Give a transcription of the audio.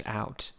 out